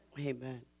Amen